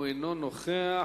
הוא אינו נוכח.